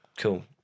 Cool